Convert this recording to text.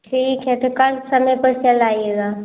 ठीक है तो कल समय पर चला आइएगा